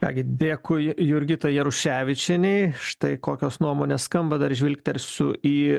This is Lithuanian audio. ką gi dėkui jurgitai jaruševičienei štai kokios nuomonės skamba dar žvilgtelsiu į